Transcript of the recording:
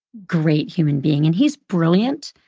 great human being. and he's brilliant.